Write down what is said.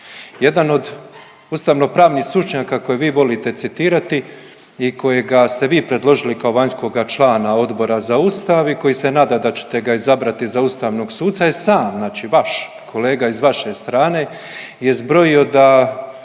Jedan od ustavnopravnih stručnjaka koje vi volite citirati i kojega ste vi predložili kao vanjskoga člana Odbora za Ustav i koji se nada da ćete ga izabrati za ustavnog suca je sam, znači vaš, kolega iz vaše strane je zbrojio da